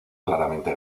claramente